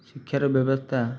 ଶିକ୍ଷାର ବ୍ୟବସ୍ଥା